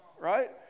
Right